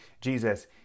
Jesus